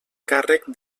càrrec